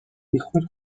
بیخود